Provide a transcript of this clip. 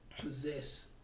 possess